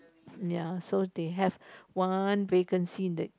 ya so they have one vacancy in the